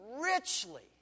richly